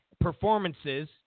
performances